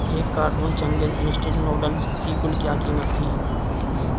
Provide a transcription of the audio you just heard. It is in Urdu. ایک کارٹون چنگیز انسٹن نوڈلز کی کل کیا قیمت تھی